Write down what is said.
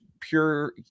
pure